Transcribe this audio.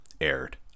aired